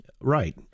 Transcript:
Right